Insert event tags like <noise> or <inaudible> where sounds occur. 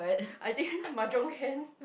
<breath> I think <laughs> mahjong can <laughs>